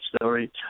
story